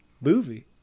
movie